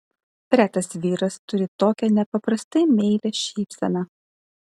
retas vyras turi tokią nepaprastai meilią šypseną